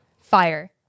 Fire